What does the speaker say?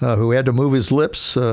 who had to move his lips,